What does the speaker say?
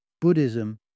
Buddhism